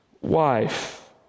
wife